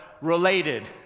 related